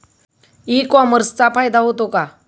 E कॉमर्सचा फायदा होतो का?